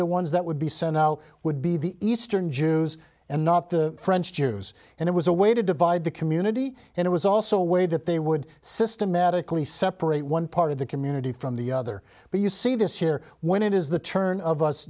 the ones that would be sent out would be the eastern jews and not the french jews and it was a way to divide the community and it was also a way that they would systematically separate one part of the community from the other but you see this here when it is the turn of us